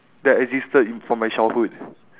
that existed in from my childhood